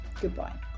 Goodbye